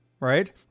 right